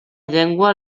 llengua